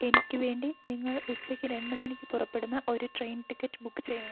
എനിക്ക് വേണ്ടി നിങ്ങൾ ഉച്ചയ്ക്ക് രണ്ട് മണിക്ക് പുറപ്പെടുന്ന ഒരു ട്രെയിൻ ടിക്കറ്റ് ബുക്ക് ചെയ്യണം